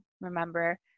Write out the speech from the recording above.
remember